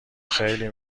خیلی